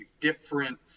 different